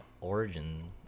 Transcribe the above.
origin